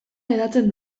hedatzen